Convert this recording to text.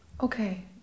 Okay